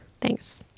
Thanks